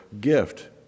gift